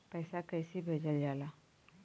पैसा कैसे भेजल जाला?